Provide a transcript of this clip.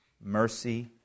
mercy